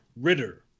Ritter